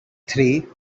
three